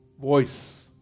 voice